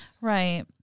Right